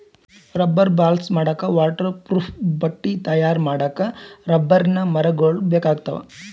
rubber balls ಮಾಡಕ್ಕಾ waterproof ಬಟ್ಟಿ ತಯಾರ್ ಮಾಡಕ್ಕ್ ರಬ್ಬರಿನ್ ಮರಗೊಳ್ ಬೇಕಾಗ್ತಾವ